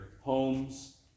homes